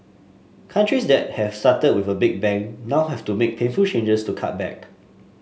countries that have started with a big bang now have to make painful changes to cut back